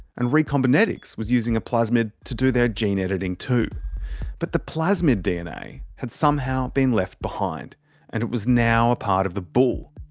and recombinetics was using a plasmid to do their gene-editing too. but the plasmid dna had somehow been left behind and it was now a part of the bull.